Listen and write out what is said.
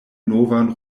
novan